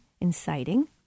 inciting